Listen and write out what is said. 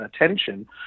attention